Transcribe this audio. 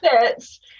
fits